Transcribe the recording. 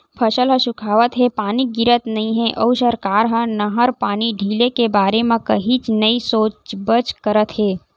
फसल ह सुखावत हे, पानी गिरत नइ हे अउ सरकार ह नहर पानी ढिले के बारे म कहीच नइ सोचबच करत हे